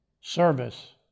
service